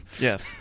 Yes